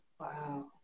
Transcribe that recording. Wow